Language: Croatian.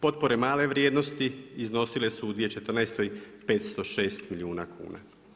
Potpore male vrijednosti iznosile su u 2014. 506 milijuna kuna.